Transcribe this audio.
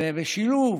בשילוב